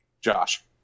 Josh